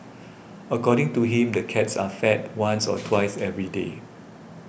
according to him the cats are fed once or twice every day